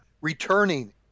returning